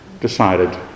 decided